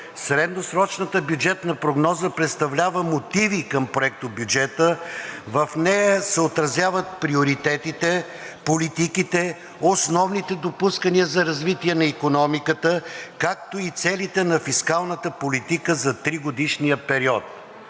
средносрочната бюджетна прогноза представлява мотиви към проектобюджета, в нея се отразяват приоритетите, политиките, основните допускания за развитие на икономиката, както и целите на фискалната политика за тригодишния период.